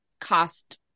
cost